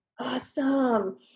Awesome